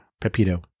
Pepito